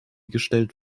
gestellt